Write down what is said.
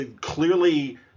clearly